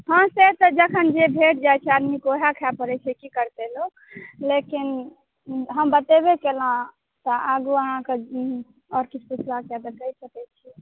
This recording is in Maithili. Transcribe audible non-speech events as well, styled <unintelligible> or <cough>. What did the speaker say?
हँ से तऽ जखन जे भेट जाइत छै आदमीकेँ ओएह खाइ पड़ैत छै की करतै लोक लेकिन हम बतेबे केलहुँ तऽ आगू अहाँकेँ <unintelligible> सकैत छियै